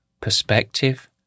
perspective